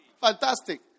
Fantastic